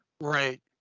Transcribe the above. Right